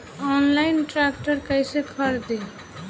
Online tractor कैसे खरदी?